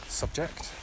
subject